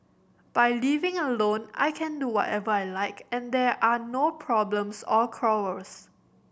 by living alone I can do whatever I like and there are no problems or quarrels